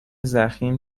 ضخیم